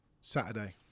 Saturday